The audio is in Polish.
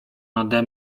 nade